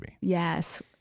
Yes